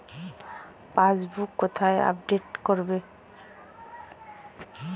Passbook কোথায় update করব?